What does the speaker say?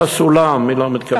היה סולם מי לא מתקבל לעבודה.